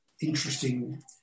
interesting